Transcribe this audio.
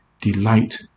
delight